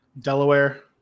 Delaware